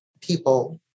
people